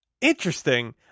Interesting